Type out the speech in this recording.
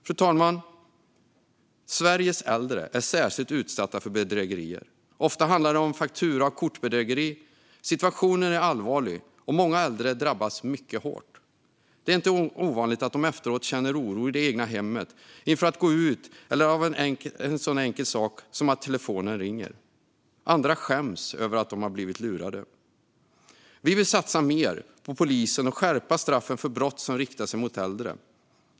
Fru talman! Sveriges äldre är särskilt utsatta för bedrägerier. Ofta handlar det om faktura och kortbedrägerier. Situationen är allvarlig, och många äldre drabbas mycket hårt. Det är inte ovanligt att de efteråt känner oro i det egna hemmet, inför att gå ut eller av en sådan enkel sak som att telefonen ringer. Andra skäms över att de har blivit lurade. Kristdemokraterna vill satsa mer på polisen och skärpa straffen för brott som riktar sig mot äldre.